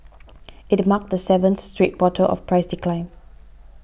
it marked the seventh straight quarter of price decline